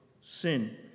sin